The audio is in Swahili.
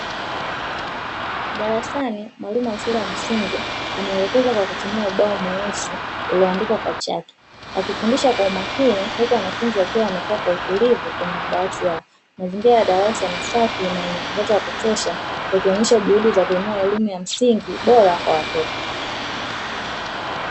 Darasani mwalimu wa shule ya msingi anaelekeza kwa kutumia ubao mweusi ulio andikwa kwa chaki, akifundisha kwa makini huku wanafunzi wakiwa wamekaa kwa utulivu kwenye madawati yao. Mazingira ya darasa ni safi na yenye mwangaza wa kutosha ikionyesha juhudi za kuinua elimu ya msingi bora kwa watoto.